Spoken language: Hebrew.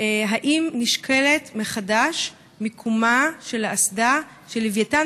האם נשקלת מחדש מיקומה של האסדה של לווייתן